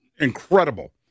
incredible